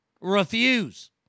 Refuse